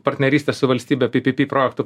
partnerystės su valstybe pypypy projektų